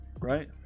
right